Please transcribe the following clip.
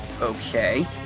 Okay